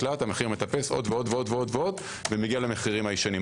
המחיר מטפס עוד ועוד ומגיע למחירים הישנים.